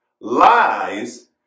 Lies